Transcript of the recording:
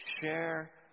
share